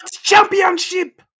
championship